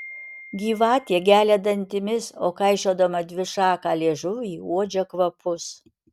gyvatė gelia dantimis o kaišiodama dvišaką liežuvį uodžia kvapus